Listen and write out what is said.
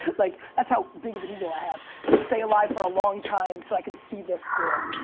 like that's how big of an ego i have, to stay alive for a long time so i can see this through.